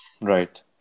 Right